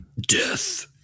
Death